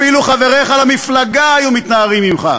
אפילו חבריך למפלגה היו מתנערים ממך.